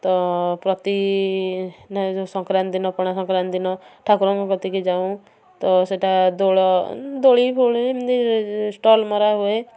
ତ ପ୍ରତି ନା ଯେଉଁ ସଂକ୍ରାନ୍ତି ଦିନ ପଣାସଂକ୍ରାନ୍ତି ଦିନ ଠାକୁରଙ୍କ କତିକି ଯାଉ ତ ସେଇଟା ଦୋଳ ଦୋଳି ଫୋଳି ଏମ୍ତି ଷ୍ଟଲ୍ ମରାହୁଏ